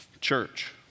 church